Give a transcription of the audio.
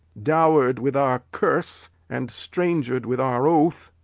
dow'r'd with our curse, and stranger'd with our oath,